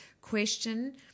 question